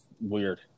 weird